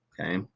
Okay